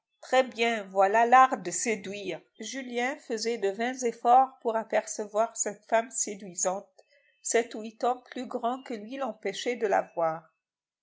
très bien voilà l'art de séduire julien faisait de vains efforts pour apercevoir cette femme séduisante sept ou huit hommes plus grands que lui l'empêchaient de